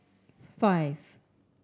five